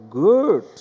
good